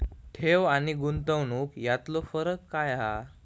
ठेव आनी गुंतवणूक यातलो फरक काय हा?